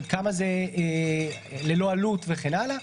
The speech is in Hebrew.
עד כמה זה ללא עלות וכן הלאה.